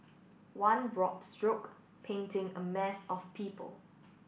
one broad stroke painting a mass of people